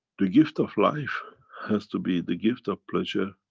the gift of life has to be the gift of pleasure,